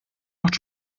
macht